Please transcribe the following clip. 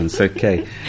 Okay